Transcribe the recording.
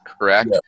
correct